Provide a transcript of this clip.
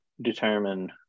determine